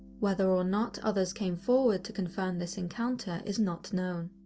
whether or not others came forward to confirm this encounter is not known.